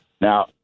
Now